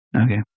Okay